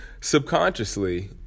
Subconsciously